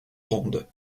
ronde